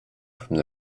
from